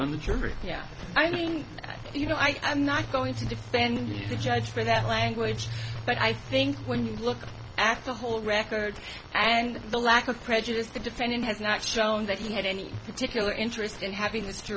on the jury yeah i mean you know i am not going to defend the judge for that language but i think when you look at the whole record and the lack of prejudice the defendant has not shown that he had any particular interest in ha